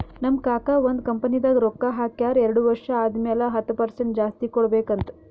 ನಮ್ ಕಾಕಾ ಒಂದ್ ಕಂಪನಿದಾಗ್ ರೊಕ್ಕಾ ಹಾಕ್ಯಾರ್ ಎರಡು ವರ್ಷ ಆದಮ್ಯಾಲ ಹತ್ತ್ ಪರ್ಸೆಂಟ್ ಜಾಸ್ತಿ ಕೊಡ್ಬೇಕ್ ಅಂತ್